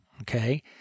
Okay